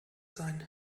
sein